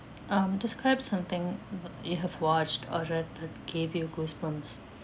um describe something that you have watched or read that gave you goosebumps